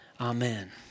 Amen